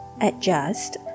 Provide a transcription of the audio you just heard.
adjust